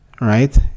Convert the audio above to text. right